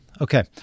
Okay